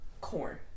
Corn